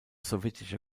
sowjetischer